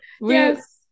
Yes